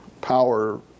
power